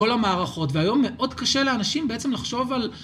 כל המערכות, והיום מאוד קשה לאנשים בעצם לחשוב על...